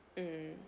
mm